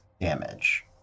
damage